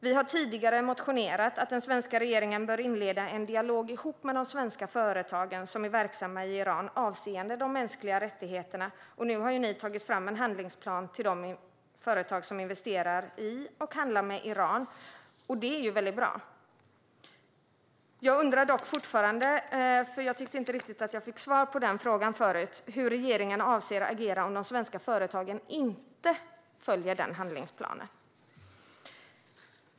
Vi har tidigare motionerat om att den svenska regeringen bör inleda en dialog med de svenska företag som är verksamma i Iran avseende de mänskliga rättigheterna, och nu har ju regeringen tagit fram en handlingsplan för de företag som investerar i eller handlar med Iran. Detta är mycket bra. Jag undrar dock fortfarande, då jag inte tycker att jag riktigt fick svar på den frågan förut: Hur avser regeringen att agera om de svenska företagen inte följer denna handlingsplan?